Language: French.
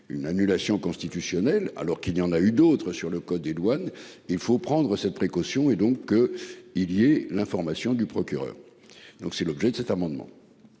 Une annulation constitutionnelle alors qu'il y en a eu d'autres sur le code des douanes. Il faut prendre cette précaution et donc. Il est l'information du procureur. Donc c'est l'objet de cet amendement.